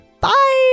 Bye